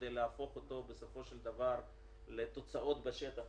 כדי להפוך אותו בסופו של דבר לתוצאות בשטח,